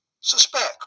suspect